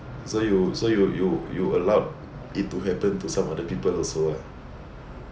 so you so you you you allowed it to happen to some other people also lah